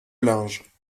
linge